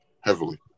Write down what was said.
heavily